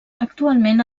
actualment